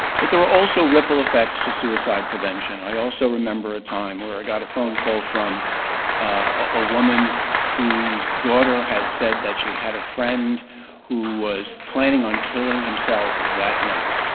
but there are also ripple effects to suicide prevention. i also remember a time where i got a phone call from a woman whose daughter had said that she had a friend who was planning on killing himself that night.